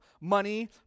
money